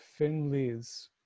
Finleys